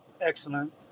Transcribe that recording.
Excellent